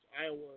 Iowa